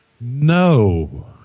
no